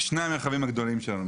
שני המרחבים הגדולים שלנו.